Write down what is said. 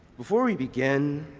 before we begin,